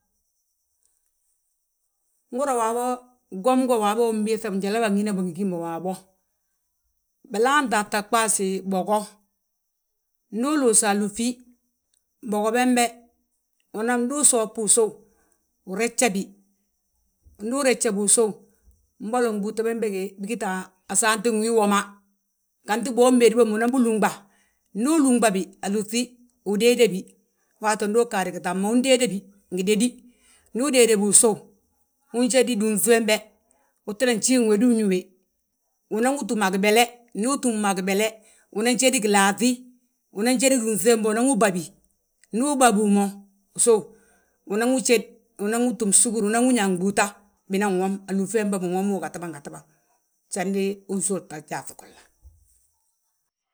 Nhúra waabo, gwom go waabo, umbiiŧa njali ma bângina bo ngi gíma waabo. Bilaantaa tta ɓaasi bogo, ndu uluusa alúŧi, bogo bembe, unan, ndu usoofbi usów. Urejjabi, ndu urejjabi usów, mbolo gbúuta bémbege bigita a saanti wii woma ganti bombéedi bommu, unanbi lunɓa. Ndu uluɓabi alúŧi, udéedebi, waati we ndu ugaadi mo tam ma, undéedebi ngi dadí, ndu udéedebi usów, unjédi dúŧi wembe, utinan jiiŋi wédu uñúwe. Unanwi túm a gibele, ndu utúmwi a gibele unan jédi gilaaŧí, unan jédi dúnŧi wembe unan wi babí. Ndu ubabíwi mo usów, unanwi jéd unanwi túm gsúgur, unan wi ñaa gbúuta. Binan wom alúŧi wembe, binwomwi gatiban gatiba jandi unsówulte a gyaaŧ golla.